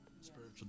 spiritual